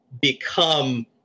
become